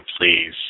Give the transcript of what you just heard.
please